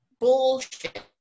Bullshit